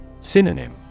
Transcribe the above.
Synonym